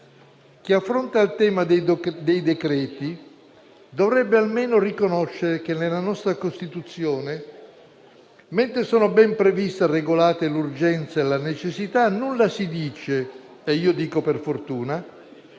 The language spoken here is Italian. Chi affronta il tema dei decreti dovrebbe almeno riconoscere che nella nostra Costituzione, mentre sono ben previste e regolate l'urgenza e la necessità, nulla si dice - e, dico, per fortuna